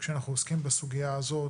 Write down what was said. כשאנחנו עוסקים בסוגיה הזו,